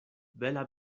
bela